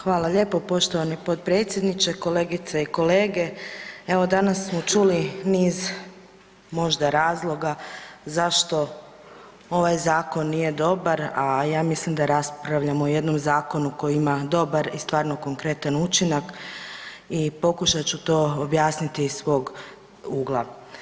Hvala lijepo poštovani potpredsjedniče, kolegice i kolege, evo danas smo čuli niz možda razloga zašto ovaj zakon nije dobar, a ja mislim da raspravljamo o jednom zakonu koji ima dobar i stvarno konkretan učinak i pokušat ću to objasniti iz svog ugla.